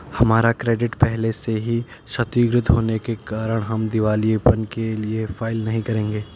हमारा क्रेडिट पहले से ही क्षतिगृत होने के कारण हम दिवालियेपन के लिए फाइल नहीं करेंगे